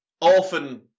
often